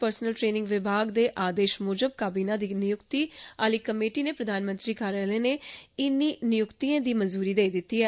personal training विमाग दे आदेश मूजब काबीना दी नियुक्ति आली कमेटी नै प्रधानमंत्री कार्यालय ने इनेंगी नियुक्ति दी मंजूरी देई दित्ती ऐ